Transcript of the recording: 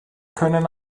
können